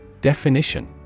Definition